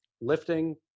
lifting